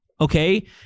Okay